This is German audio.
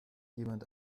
jemand